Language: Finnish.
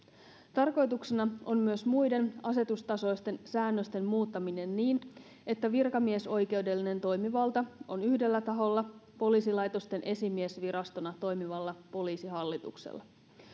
tarkoituksena on myös muiden asetustasoisten säännösten muuttaminen niin että virkamiesoikeudellinen toimivalta on yhdellä taholla poliisilaitosten esimiesvirastona toimivalla poliisihallituksella